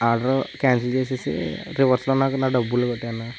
order cancel చేసేసి రివర్స్లో నాకు నా డబ్బులు కొట్టేయి అన్న